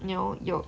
you know 有